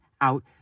out